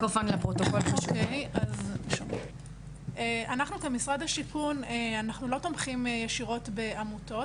אנחנו כמשרד השיכון והבינוי לא תומכים ישירות בעמותות,